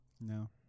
No